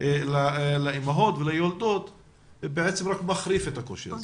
לאימהות וליולדות רק מחריף את הקושי הזה.